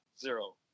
zero